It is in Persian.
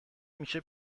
میشه